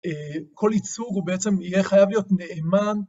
כל ייצוג בעצם יהיה חייב להיות נאמן.